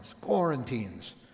quarantines